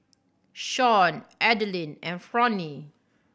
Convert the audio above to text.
Shawn Adeline and Fronnie